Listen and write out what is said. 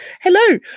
Hello